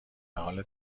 حال